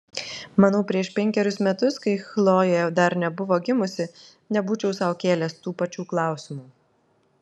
manau prieš penkerius metus kai chlojė dar nebuvo gimusi nebūčiau sau kėlęs tų pačių klausimų